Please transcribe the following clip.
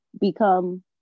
become